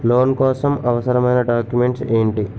Loan కోసం అవసరమైన documents ఎంటి?